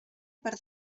per